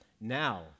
Now